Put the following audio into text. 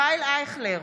ישראל אייכלר,